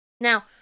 Now